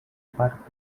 part